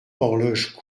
horloge